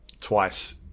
twice